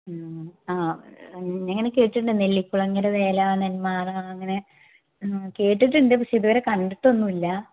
ഉം ആ ഞാൻ ഇങ്ങനെ കേട്ടിട്ടുണ്ട് നെല്ലിക്കുളങ്ങര വേല നെന്മാറ അങ്ങനെ കേട്ടിട്ടുണ്ട് പക്ഷെ ഇതുവരെ കണ്ടിട്ടൊന്നുവില്ല